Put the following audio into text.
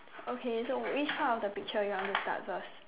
okay so which part of the picture you want to start first